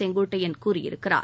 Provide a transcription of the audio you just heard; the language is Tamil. செங்கோட்டையன் கூறியிருக்கிறார்